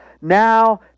Now